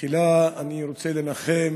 תחילה אני רוצה לנחם